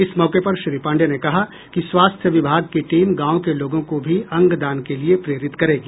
इस मौके पर श्री पाण्डेय ने कहा कि स्वास्थ्य विभाग की टीम गांव के लोगों को भी अंगदान के लिए प्रेरित करेगी